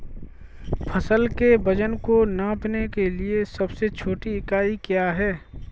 फसल के वजन को नापने के लिए सबसे छोटी इकाई क्या है?